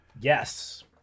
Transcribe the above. Yes